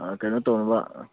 ꯑꯥ ꯀꯩꯅꯣ ꯇꯧꯅꯕ